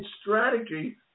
strategy